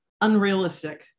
unrealistic